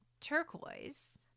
turquoise